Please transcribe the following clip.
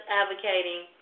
advocating